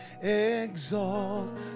exalt